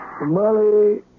Molly